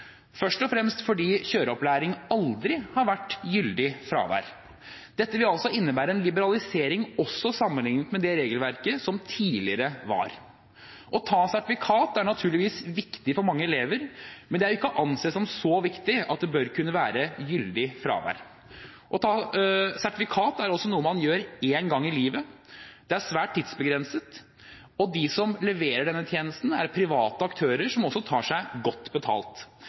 først og fremst fordi kjøreopplæring aldri har vært gyldig fravær. Dette vil altså innebære en liberalisering også sammenliknet med det regelverket som var tidligere. Å ta sertifikat er naturligvis viktig for mange elever, men det er ikke å anse som så viktig at det bør være gyldig fravær. Å ta sertifikat er noe man gjør én gang i livet, det er svært tidsbegrenset, og de som leverer denne tjenesten, er private aktører som også tar seg godt betalt.